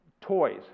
toys